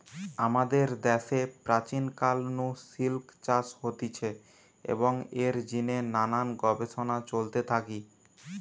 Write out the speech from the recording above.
আমাদের দ্যাশে প্রাচীন কাল নু সিল্ক চাষ হতিছে এবং এর জিনে নানান গবেষণা চলতে থাকি